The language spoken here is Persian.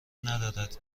ندارد